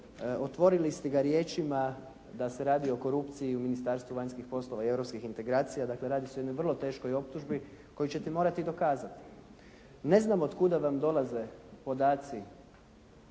Otvorili ste ga riječima da se radi o korupciji u Ministarstvu vanjskih poslova i europskih integracija. Dakle radi se o jednoj vrlo teškoj optužbi koju ćete morati dokazati. Ne znam od kuda vam dolaze podaci